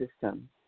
system